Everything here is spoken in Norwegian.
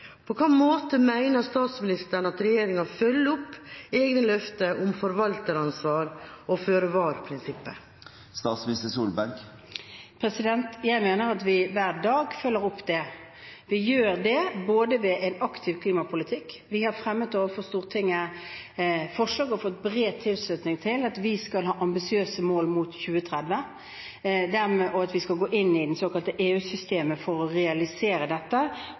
På hvilken måte mener statsministeren at regjeringa følger opp egne løfter om forvalteransvar og føre-var-prinsippet? Jeg mener at vi hver dag følger opp det. Vi gjør det ved en aktiv klimapolitikk. Vi har fremmet overfor Stortinget forslag om og fått bred tilslutning til at vi skal ha ambisiøse mål mot 2030, og at vi skal gå inn i det såkalte EU-systemet for å realisere dette